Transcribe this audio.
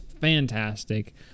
fantastic